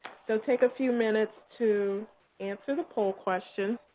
so take a few minutes to answer the poll question.